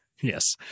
Yes